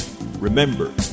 Remember